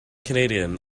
canadian